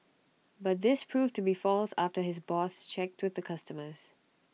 but this proved to be false after his boss checked with the customers